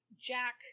Jack